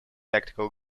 tactical